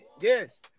Yes